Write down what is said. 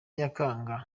nyakanga